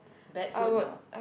bad food no